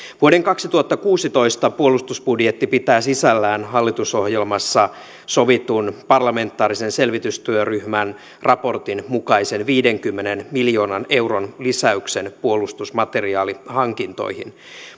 vuoden kaksituhattakuusitoista puolustusbudjetti pitää sisällään hallitusohjelmassa sovitun parlamentaarisen selvitystyöryhmän raportin mukaisen viidenkymmenen miljoonan euron lisäyksen puolustusmateriaalihankintoihin